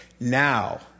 Now